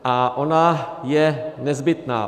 A ona je nezbytná.